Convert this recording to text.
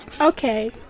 Okay